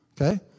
Okay